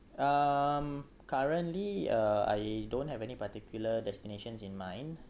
um currently uh I don't have any particular destinations in mind